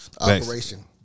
Operation